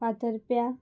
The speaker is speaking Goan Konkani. फातरप्या